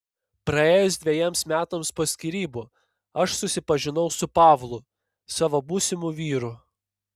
praėjus dvejiems metams po skyrybų aš susipažinau su pavlu savo būsimu vyru